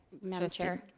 madame chair.